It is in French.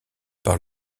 par